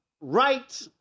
Right